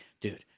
dude